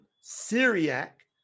Syriac